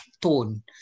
tone